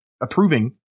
approving